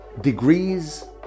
Degrees